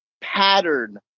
pattern